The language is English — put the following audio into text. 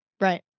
right